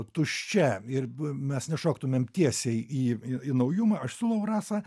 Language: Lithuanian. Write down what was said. tuščia ir mes nešoktumėm tiesiai į į naujumą aš siūlau rasa